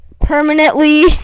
permanently